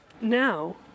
Now